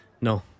No